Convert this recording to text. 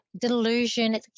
delusion